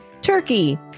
Turkey